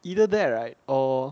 either that right or